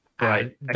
Right